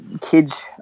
kids